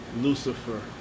Lucifer